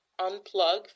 unplug